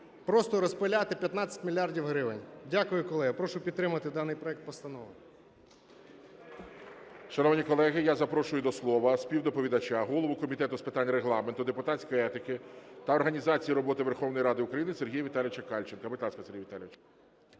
просто розпиляти 15 мільярдів гривень. Дякую, колеги. Прошу підтримати даний законопроект. ГОЛОВУЮЧИЙ. Шановні колеги, я запрошую до слова співдоповідача, голову Комітету з питань Регламенту, депутатської етики та організації роботи Верховної Ради України Сергія Віталійовича Кальченка. Будь ласка, Сергій Віталійович.